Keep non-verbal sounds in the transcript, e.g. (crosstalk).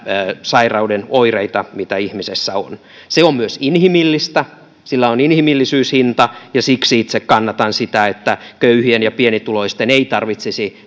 sairauden oireita mitä ihmisessä on se on myös inhimillistä sillä on inhimillisyyshinta ja siksi itse kannatan sitä että köyhien ja pienituloisten ei tarvitsisi (unintelligible)